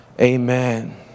amen